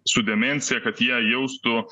su demencija kad jie jaustų